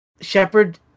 Shepard